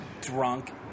drunk